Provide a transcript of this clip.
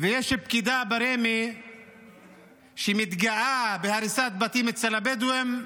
ויש פקידה ברמ"י שמתגאה בהריסת בתים אצל הבדואים.